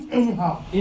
anyhow